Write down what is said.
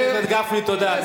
חבר הכנסת גפני, תודה.